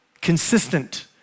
Consistent